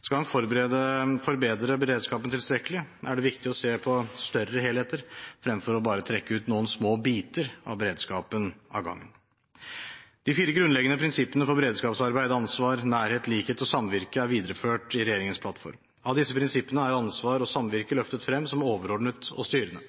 Skal en forbedre beredskapen tilstrekkelig, er det viktig å se på større helheter fremfor bare å trekke ut noen små biter av beredskapen av gangen. De fire grunnleggende prinsippene for beredskapsarbeid – ansvar, nærhet, likhet og samvirke – er videreført i regjeringens plattform. Av disse prinsippene er ansvar og samvirke løftet frem som overordnet og styrende.